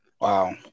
Wow